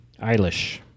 Eilish